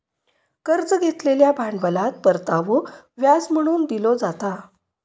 कर्ज घेतलेल्या भांडवलात परतावो व्याज म्हणून दिलो जाता